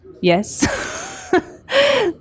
yes